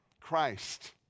Christ